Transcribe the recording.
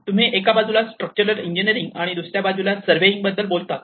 तुम्ही एका बाजूला स्ट्रक्चरल इंजिनिअरिंग आणि दुसऱ्या बाजूला सर्वेयिंग बद्दल बोलतात